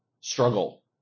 struggle